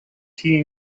tea